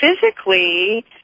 physically